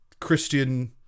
Christian